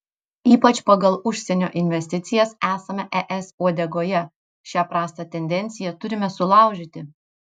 ypač pagal užsienio investicijas esame es uodegoje šią prastą tendenciją turime sulaužyti